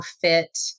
fit